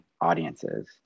audiences